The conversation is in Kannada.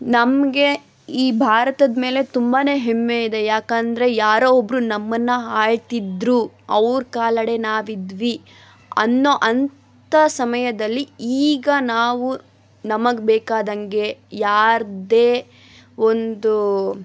ನಮಗೆ ಈ ಭಾರತದ ಮೇಲೆ ತುಂಬಾ ಹೆಮ್ಮೆ ಇದೆ ಯಾಕಂದರೆ ಯಾರೋ ಒಬ್ಬರು ನಮ್ಮನ್ನು ಆಳ್ತಿದ್ದರು ಅವ್ರ ಕಾಲಡಿ ನಾವು ಇದ್ವಿ ಅನ್ನೋ ಅಂಥ ಸಮಯದಲ್ಲಿ ಈಗ ನಾವು ನಮಗೆ ಬೇಕಾದಂಗೆ ಯಾರದೇ ಒಂದು